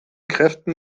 kräften